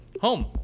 home